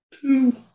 Two